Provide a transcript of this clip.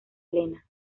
elena